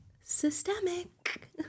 systemic